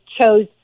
chose